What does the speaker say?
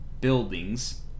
buildings